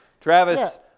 Travis